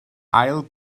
ail